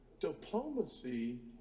diplomacy